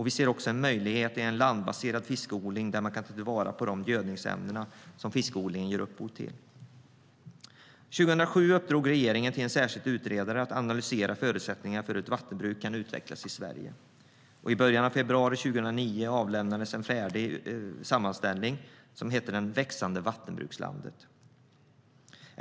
Vi ser också en möjlighet i landbaserad fiskodling där man kan ta till vara de gödningsämnen som fiskodlingen ger upphov till. År 2007 uppdrog regeringen till en särskild utredare att analysera förutsättningarna för hur vattenbruket kan utvecklas i Sverige. I början av februari 2009 avlämnades en färdig sammanställning som hette Det växande vattenbrukslandet .